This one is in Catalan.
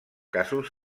casos